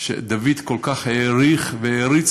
שדוד כל כך העריך והעריץ,